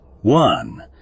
One